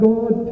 God